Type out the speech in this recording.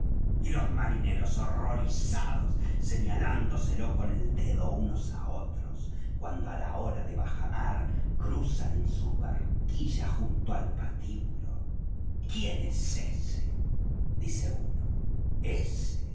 y los marineros horrorizados señalándoselo con el dedo unos á otros cuando á la hora de la bajamar cruzan en sus barquillas junto al patíbulo quién es ese dice uno ese